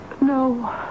No